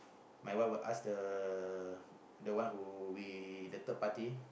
my wife will ask the the one who we the third party